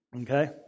Okay